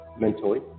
mentally